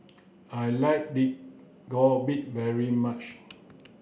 I like Dak Galbi very much